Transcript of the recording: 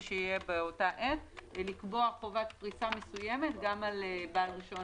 שיהיה באותה עת לקבוע חובת פריסה מסוימת גם על בעל רישיון